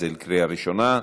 זה לקריאה ראשונה.